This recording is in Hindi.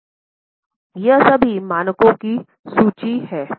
तो यह सभी मानकों की सूची है